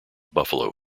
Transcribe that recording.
buffalo